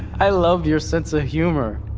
i love your sense of humor!